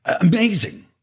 Amazing